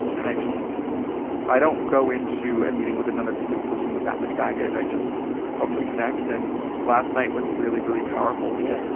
and i just i don't go into a meeting with another disabled person with that much baggage. i just hope to connect. and last night was really, really powerful because. yeah.